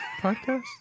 podcast